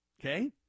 Okay